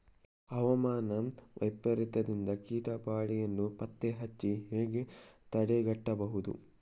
ಹವಾಮಾನ ವೈಪರೀತ್ಯದಿಂದಾಗಿ ಕೀಟ ಬಾಧೆಯನ್ನು ಪತ್ತೆ ಹಚ್ಚಿ ಹೇಗೆ ತಡೆಗಟ್ಟಬಹುದು?